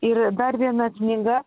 ir dar viena knyga